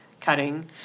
cutting